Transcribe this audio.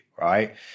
right